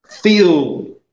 feel